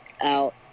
out